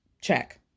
check